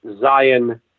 Zion